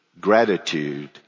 gratitude